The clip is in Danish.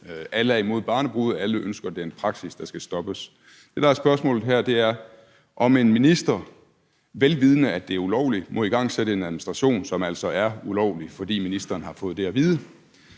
Alle er imod barnebrude – alle ønsker, at den praksis skal stoppes. Det, der er spørgsmålet her, er, om en minister, vel vidende at det er ulovligt, må igangsætte en administration, som altså er ulovlig, for det har ministeren jo fået at vide